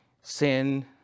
sin